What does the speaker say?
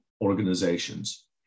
organizations